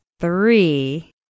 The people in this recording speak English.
Three